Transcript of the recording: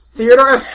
Theodore